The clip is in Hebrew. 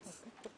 אני תוהה בעצמי,